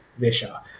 Visha